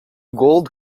gold